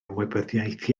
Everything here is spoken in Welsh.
ymwybyddiaeth